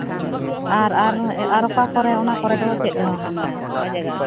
ᱟᱨ ᱟᱨ ᱟᱨ ᱚᱠᱟ ᱠᱚᱨᱮ ᱚᱱᱟ ᱠᱚᱨᱮ ᱚᱱᱟ ᱠᱚᱨᱮ ᱫᱚ ᱪᱮᱫ ᱡᱮᱢᱚᱱ